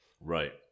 Right